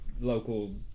local